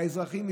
האזרחים,